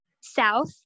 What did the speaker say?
south